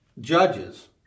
judges